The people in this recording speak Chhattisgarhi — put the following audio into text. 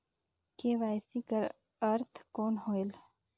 के.वाई.सी कर अर्थ कौन होएल?